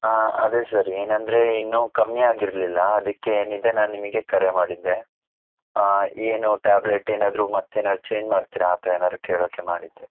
ಅದೇ ಸರ್ ಏನೆಂದರೆ ಇನ್ನೂ ಕಮ್ಮಿ ಆಗಿರಲಿಲ್ಲ ಅದಕ್ಕೆ ನಿದ ನಾನು ನಿಮಗೆ ಕರೆ ಮಾಡಿದ್ದೆ ಏನು ಟ್ಯಾಬ್ಲೆಟ್ ಏನಾದರೂ ಮತ್ತೆನಾದ್ರೂ ಚೇಂಜ್ ಮಾಡ್ತೀರಾ ಆ ಥರ ಏನಾದ್ರೂ ಕೇಳೋಕ್ಕೆ ಮಾಡಿದ್ದೆ